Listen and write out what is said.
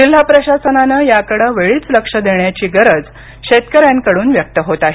जिल्हा प्रशासनानं याकडे वेळीच लक्ष देण्याची गरज शेतकऱ्यांकडून व्यक्त होत आहे